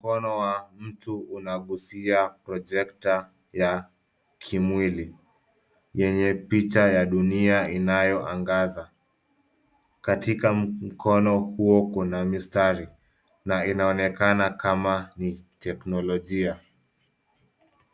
Mkono wa mtu unagusia projector ya kimwili. Yenye picha ya dunia inayoangaza. Katika mkono huo kuna mistari. Na inaonekana kama ni teknolojia.